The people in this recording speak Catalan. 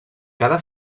cada